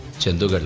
chandu.